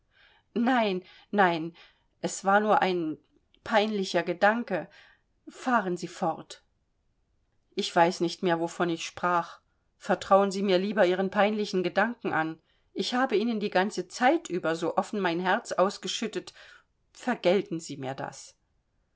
nein nein es war nur ein peinlicher gedanke fahren sie fort ich weiß nicht mehr wovon ich sprach vertrauen sie mir lieber ihren peinlichen gedanken an ich habe ihnen die ganze zeit über so offen mein herz ausgeschüttet vergelten sie mir das